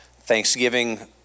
Thanksgiving